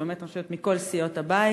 שאני באמת חושבת שהם מכל סיעות הבית,